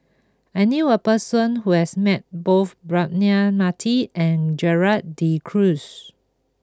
I knew a person who has met both Braema Mathi and Gerald De Cruz